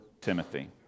Timothy